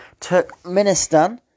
Turkmenistan